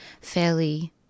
fairly